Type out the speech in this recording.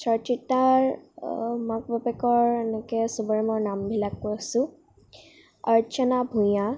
চৰচিতাৰ মাক বাপেকৰ এনেকৈ চবৰে মই নামবিলাক কৈছোঁ অৰ্চনা ভূঞা